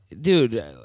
Dude